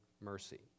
mercy